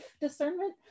discernment